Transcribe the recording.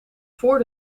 voor